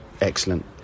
excellent